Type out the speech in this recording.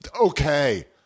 Okay